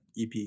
EP